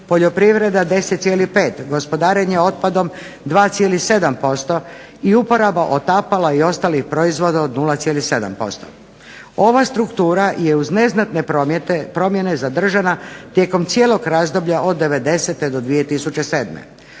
Poljoprivreda 10,5. Gospodarenje otpadom 2,7% i uporaba otapala i ostalih proizvoda od 0,7%. Ova struktura je uz neznatne promjene zadržana tijekom cijelog razdoblja od devedesete do 2007.